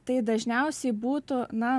tai dažniausiai būtų na